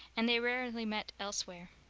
and they rarely met elsewhere.